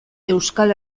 euskal